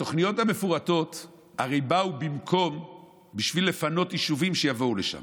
התוכניות המפורטות הרי באו בשביל לפנות יישובים שיבואו לשם.